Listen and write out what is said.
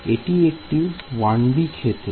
এটি একটি 1D ক্ষেত্রে